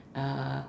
uh